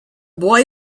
boy